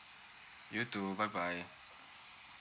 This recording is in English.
you too bye bye